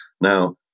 Now